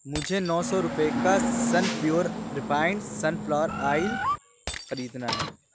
مجھے نو سو روپئے کا Sun Pure refined sunflower oil خریدنا ہے